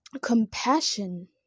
compassion